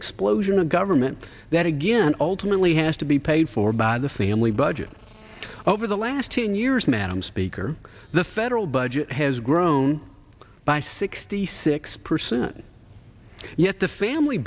explosion of government that again ultimately has to be paid for by the family budget over the last ten years madam speaker the federal budget has grown by sixty six percent yet the family